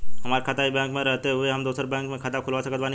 हमार खाता ई बैंक मे रहते हुये हम दोसर बैंक मे खाता खुलवा सकत बानी की ना?